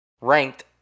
ranked